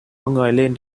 người